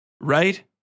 right